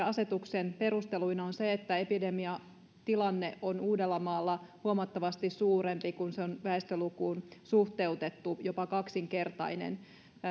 asetuksen perusteluina on se että epidemiatilanne on uudellamaalla huomattavasti suurempi kun se on väestölukuun suhteutettu jopa kaksinkertainen